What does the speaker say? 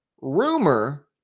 Rumor